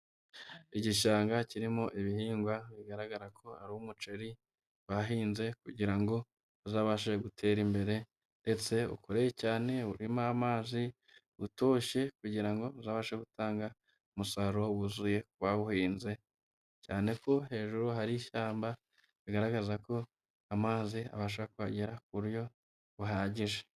Igishanga kirimo ibihingwa bigaragara ko ari umuceri bahinze kugira ngo uzabashe gutera imbere, ndetse ukure cyane uvemo amazi utoshye, kugira ngo uzabashe gutanga umusaruro wuzuye ku bawuhinze cyane ko hejuru hari ishyamba rigaragaza ko amazi abasha kuhagera ku buryo buhagije.